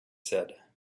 said